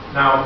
Now